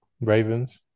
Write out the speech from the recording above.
Ravens